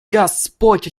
господь